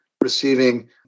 receiving